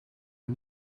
een